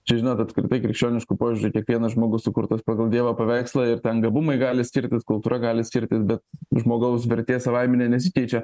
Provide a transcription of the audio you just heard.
čia žinot apskritai krikščionišku požiūriu kiekvienas žmogus sukurtas pagal dievo paveikslą ir ten gabumai gali skirtis kultūra gali skirtis bet žmogaus vertė savaime nesikeičia